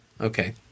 okay